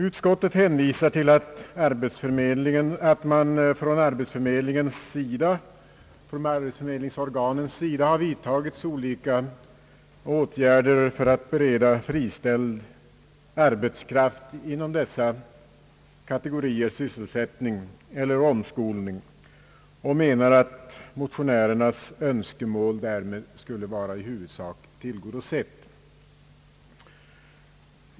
Utskottet hänvisar till att arbetsförmedlingens organ har vidtagit olika åtgärder för att bereda friställd arbetskraft inom dessa kategorier sysselsättning eiler omskolning och menar att motionärernas önskemål därmed skulle vara i huvudsak tillgodosett.